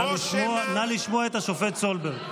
נא לשמוע את השופט סולברג.